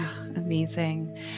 amazing